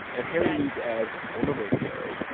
and hearing these ads on the radio.